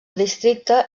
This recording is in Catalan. districte